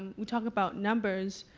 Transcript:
you talk about numbers,